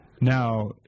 Now